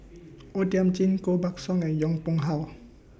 O Thiam Chin Koh Buck Song and Yong Pung How